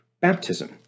baptism